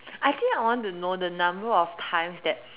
I think I want to know the number of times that